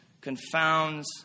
confounds